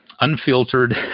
unfiltered